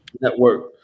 Network